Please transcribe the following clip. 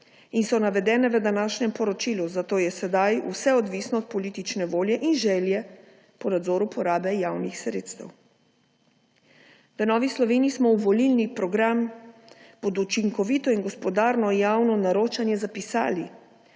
in so navedene v današnjem poročilu, zato je sedaj vse odvisno od politične volje in želje po nadzoru porabe javnih sredstev. V Novi Sloveniji smo v volilni program pod učinkovito in gospodarno javno naročanje zapisali,